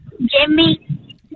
Jimmy